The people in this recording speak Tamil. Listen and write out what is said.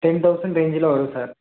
டென் தௌசண்ட் ரேஞ்ஜில் வரும் சார்